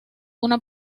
una